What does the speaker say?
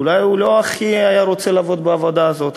אולי הוא לא הכי היה רוצה לעבוד בעבודה הזאת,